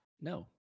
No